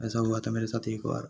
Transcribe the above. ऐसा हुआ था मेरे साथ एक बार